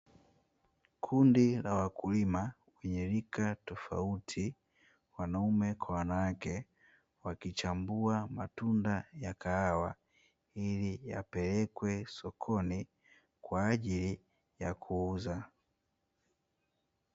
Kundi la wakulima wenye rika tofauti wanaume kwa wanawake, wakichambuwa matunda ta kahawa ili yapelekwe sokoni kwa ajili ya kuuza.